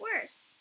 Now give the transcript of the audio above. worse